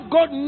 God